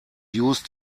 used